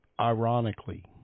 Ironically